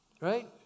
right